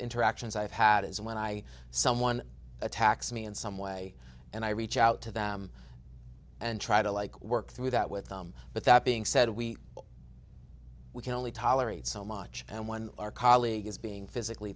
interactions i've had is when i someone attacks me in some way and i reach out to them and try to like work through that with them but that being said we we can only tolerate so much and when our colleague is being physically